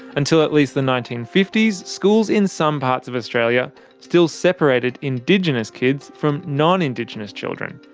until at least the nineteen fifty s, schools in some parts of australia still separated indigenous kids from non-indigenous children.